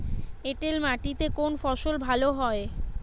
এঁটেল মাটিতে কোন ফসল ভালো হয়?